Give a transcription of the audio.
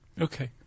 Okay